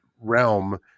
realm